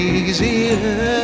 easier